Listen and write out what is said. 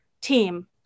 team